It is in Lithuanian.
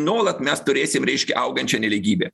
nuolat mes turėsim reiškia augančią nelygybę